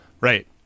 Right